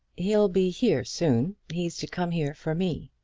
he'll be here soon. he's to come here for me.